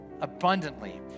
abundantly